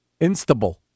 Instable